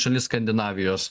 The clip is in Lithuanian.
šalis skandinavijos